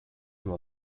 from